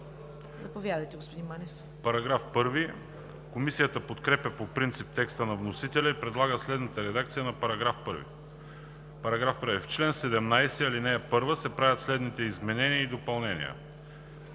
Заповядайте, господин Мехмед.